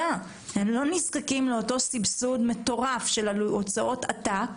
לא נזקקים לסבסוד מטורף של הוצאות עתק,